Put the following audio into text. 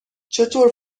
چطوره